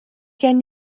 gen